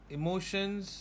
emotions